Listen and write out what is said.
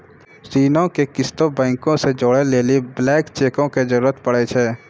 ऋणो के किस्त बैंको से जोड़ै लेली ब्लैंक चेको के जरूरत पड़ै छै